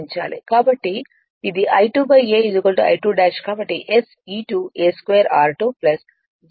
కాబట్టి ఇది I2 a I2 కాబట్టి SE2 a 2 r2 jsa 2 X 2